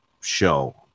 show